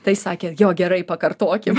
tai sakė jo gerai pakartokim